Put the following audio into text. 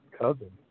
cousin